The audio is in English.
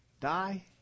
die